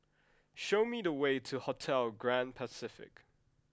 show me the way to Hotel Grand Pacific